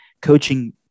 coaching